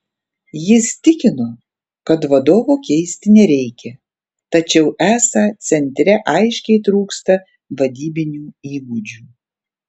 jis tikino kad vadovo keisti nereikia tačiau esą centre aiškiai trūksta vadybinių įgūdžių